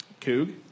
Coog